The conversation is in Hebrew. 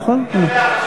בעד,